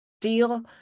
deal